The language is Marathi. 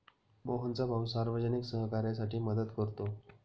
मोहनचा भाऊ सार्वजनिक सहकार्यासाठी मदत करतो